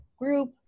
group